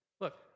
look